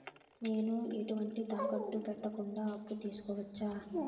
నేను ఎటువంటి తాకట్టు పెట్టకుండా అప్పు తీసుకోవచ్చా?